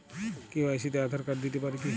KYC তে Aadhaar card দিতে পারি কি?